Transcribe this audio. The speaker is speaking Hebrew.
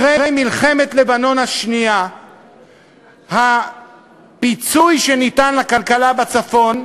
אחרי מלחמת לבנון השנייה הפיצוי שניתן לכלכלה בצפון,